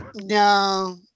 No